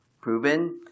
proven